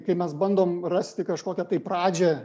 kai mes bandom rasti kažkokią tai pradžią